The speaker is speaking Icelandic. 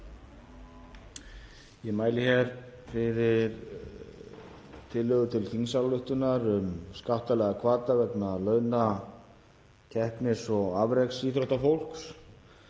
Ég mæli hér fyrir tillögu til þingsályktunar um skattalega hvata vegna launa keppnis- og afreksíþróttafólks.